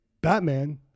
Batman